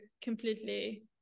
completely